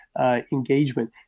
engagement